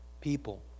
people